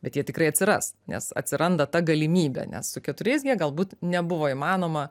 bet jie tikrai atsiras nes atsiranda ta galimybė nes su keturiais gie galbūt nebuvo įmanoma